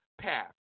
path